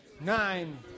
nine